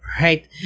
right